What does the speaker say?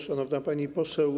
Szanowna Pani Poseł!